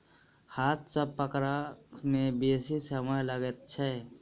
हाथ सॅ पकड़य मे बेसी समय लगैत छै